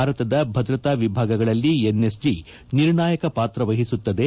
ಭಾರತದ ಭದ್ರತಾ ವಿಭಾಗಗಳಲ್ಲಿ ಎನ್ ಎಸ್ ಜಿ ನಿರ್ಣಾಯಕ ಪಾತ್ರ ವಹಿಸುತ್ತದೆ